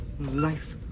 Life